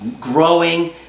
growing